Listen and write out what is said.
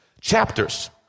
Chapters